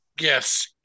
Yes